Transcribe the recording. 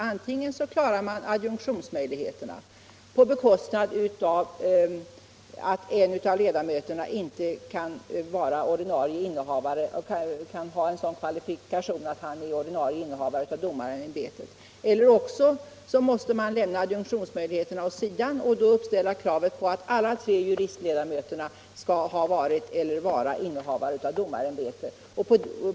Antingen klarar man adjunktionsmöjligheterna på bekostnad av att en av ledamöterna inte kan ha en sådan kvalifikation att han är ordinarie innehavare av domarämbete, eller också måste man lämna adjunktionsmöjligheterna åt sidan och då uppställa kravet att alla tre juristledamöterna skall ha varit eller vara innehavare av domarämbete.